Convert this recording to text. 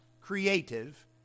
creative